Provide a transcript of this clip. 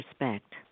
respect